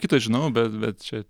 kitą žinau bet bet čia